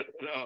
no